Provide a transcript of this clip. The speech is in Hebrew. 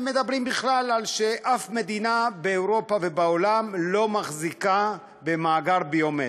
הם אומרים בכלל ששום מדינה באירופה ובעולם לא מחזיקה במאגר ביומטרי.